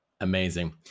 Amazing